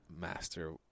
master